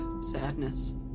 sadness